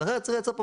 תשלחי לי את